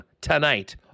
tonight